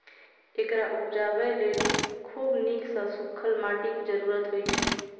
एकरा उपजाबय लेल खूब नीक सं सूखल माटिक जरूरत होइ छै